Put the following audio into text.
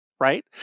Right